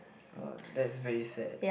uh that's very sad